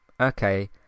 okay